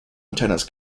antennas